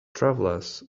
travelers